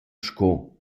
sco